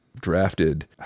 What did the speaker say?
drafted